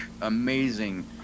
amazing